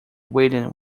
william